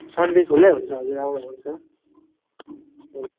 Sunday खुल्लै हुन्छ हजुर आउँदा हुन्छ